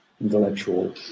intellectual